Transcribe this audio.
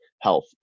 health